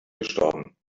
gestorben